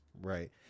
right